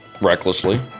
recklessly